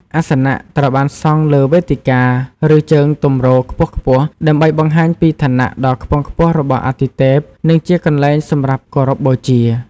អាសនៈត្រូវបានសង់លើវេទិកា ឬជើងទម្រខ្ពស់ៗ ដើម្បីបង្ហាញពីឋានៈដ៏ខ្ពង់ខ្ពស់របស់អាទិទេព និងជាកន្លែងសម្រាប់គោរពបូជា។